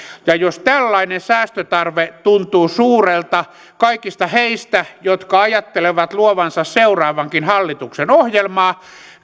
jos tällainen säästötarve tuntuu suurelta kaikista heistä jotka ajattelevat luovansa seuraavankin hallituksen ohjelmaa